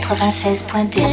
96.2